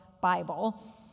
Bible